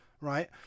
Right